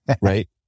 right